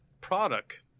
product